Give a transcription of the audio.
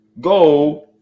go